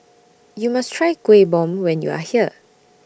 YOU must Try Kuih Bom when YOU Are here